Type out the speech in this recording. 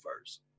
first